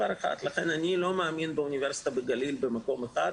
לכן אני לא מאמין באוניברסיטה בגליל במקום אחד,